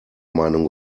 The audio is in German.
meinung